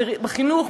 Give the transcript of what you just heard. בחינוך,